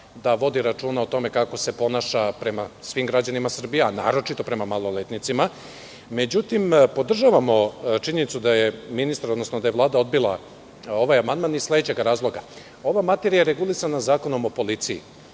da vodi računa o tome kako se ponaša prema svim građanima Srbije, a naročito prema maloletnicima. Međutim, podržavamo činjenicu da je ministar, odnosno da je Vlada odbila ovaj amandman iz sledećeg razloga: ova materija je regulisana Zakonom o policiji